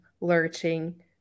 lurching